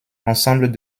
ensemble